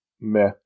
Meh